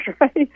right